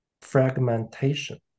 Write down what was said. fragmentation